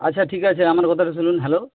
আচ্ছা ঠিক আছে আমার কথাটা শুনুন হ্যালো